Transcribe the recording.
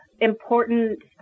important